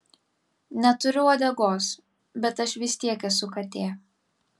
neturiu uodegos bet aš vis tiek esu katė